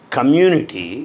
Community